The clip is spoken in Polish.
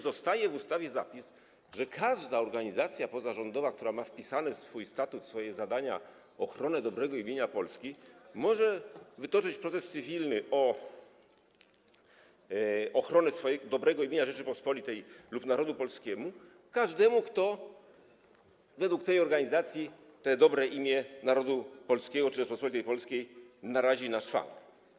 Zostaje w ustawie zapis, że każda organizacja pozarządowa, która ma wpisane do swojego statutu, w swoje zadania ochronę dobrego imienia Polski, może wytoczyć proces cywilny o ochronę dobrego imienia Rzeczypospolitej lub narodu polskiego każdemu, kto według tej organizacji to dobre imię narodu polskiego czy Rzeczypospolitej Polskiej narazi na szwank.